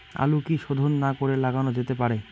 আলু কি শোধন না করে লাগানো যেতে পারে?